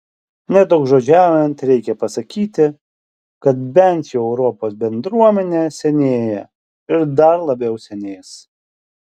nedaugžodžiaujant reikia pasakyti kad bent jau europos bendruomenė senėja ir dar labiau senės